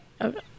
Okay